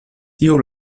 tiu